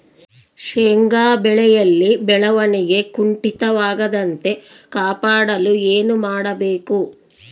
ಶೇಂಗಾ ಬೆಳೆಯಲ್ಲಿ ಬೆಳವಣಿಗೆ ಕುಂಠಿತವಾಗದಂತೆ ಕಾಪಾಡಲು ಏನು ಮಾಡಬೇಕು?